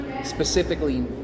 specifically